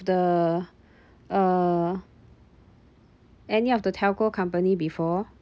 the uh any of the telco company before